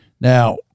Now